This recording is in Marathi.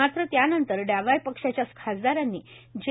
मात्र त्यानंतर डाव्या पक्षाच्या खासदारांनी जे